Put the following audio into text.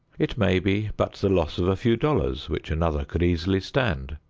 it may be but the loss of a few dollars which another could easily stand.